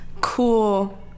cool